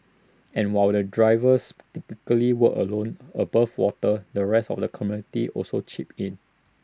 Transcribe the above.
and while the divers typically work alone above water the rest of the community also chips in